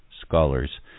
scholars